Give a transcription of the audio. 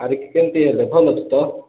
ଆରି କି କେମତି ହେଲେ ଭଲ ଅଛୁ ତ